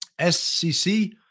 SCC